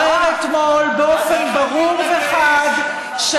והתברר אתמול, באופן ברור וחד, טילים.